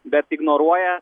bet ignoruoja